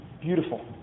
beautiful